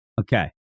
Okay